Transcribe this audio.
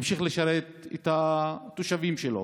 וממשיך לשרת את התושבים שלו.